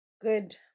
Good